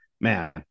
Man